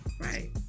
right